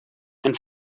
and